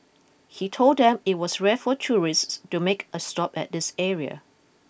he told them it was rare for tourists to make a stop at this area